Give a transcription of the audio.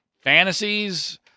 fantasies